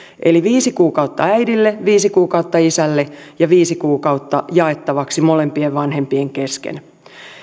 eli viisi kuukautta äidille viisi kuukautta isälle ja viisi kuukautta jaettavaksi molempien vanhempien kesken